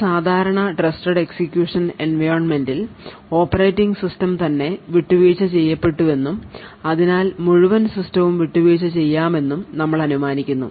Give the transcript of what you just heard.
ഒരു സാധാരണ trusted execution എൻവയോൺമെന്റിൽ ഓപ്പറേറ്റിംഗ് സിസ്റ്റം തന്നെ വിട്ടുവീഴ്ച ചെയ്യപ്പെട്ടുവെന്നും അതിനാൽ മുഴുവൻ സിസ്റ്റവും വിട്ടുവീഴ്ച ചെയ്യാമെന്നും ഞങ്ങൾ അനുമാനിക്കുന്നു